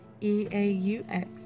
e-a-u-x